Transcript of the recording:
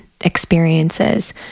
experiences